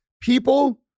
people